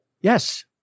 Yes